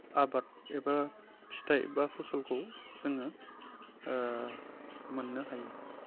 आबाद एबा फिथाइ बा फसलखौ जोङो मोननो हायो